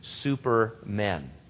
supermen